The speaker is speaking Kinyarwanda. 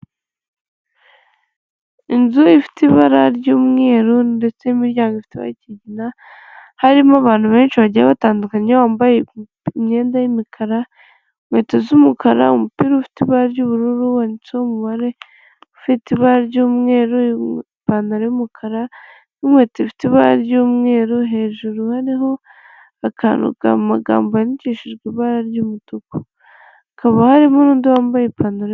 Inzu ifite ibara ry'umweru ndetse n'imiryango ifite ibara ry'ikigina harimo abantu benshi bagiye batandukanye bambaye imyenda y'imukara inkweto z'umukara umupira ufite ibara ry'ubururu wanditseho umubare ufite ibara ry'umweru ipantaro yumukara n'inkweto ifite ibara ry'umweru hejuru hariho amagambo yandikishijwe ibara ry'umutuku hakaba harimo n'undi wambaye ipantaro.